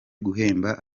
guhemba